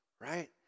right